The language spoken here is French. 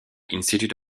institute